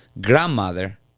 grandmother